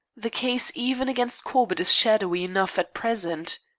the case even against corbett is shadowy enough at present.